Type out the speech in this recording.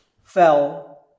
fell